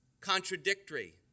contradictory